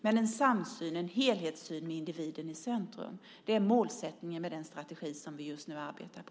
Men en samsyn och en helhetssyn med individen i centrum är målsättningen med den strategi som vi just nu arbetar på.